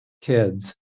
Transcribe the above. kids